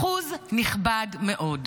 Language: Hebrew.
אחוז נכבד מאוד.